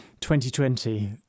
2020